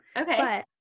Okay